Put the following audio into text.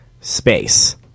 space